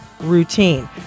routine